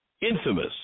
infamous